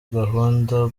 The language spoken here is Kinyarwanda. gahunda